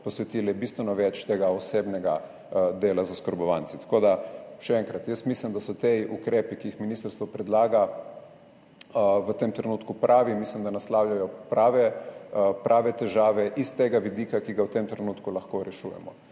posvetile bistveno več temu osebnemu delu z oskrbovanci. Še enkrat, jaz mislim, da so ti ukrepi, ki jih ministrstvo predlaga, v tem trenutku pravi, mislim, da naslavljajo prave težave, s tega vidika, ki ga v tem trenutku lahko rešujemo,